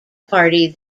party